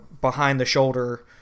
behind-the-shoulder